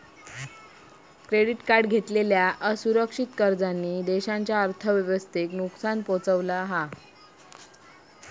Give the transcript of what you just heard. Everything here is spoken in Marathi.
क्रेडीट कार्ड घेतलेल्या असुरक्षित कर्जांनी देशाच्या अर्थव्यवस्थेक नुकसान पोहचवला हा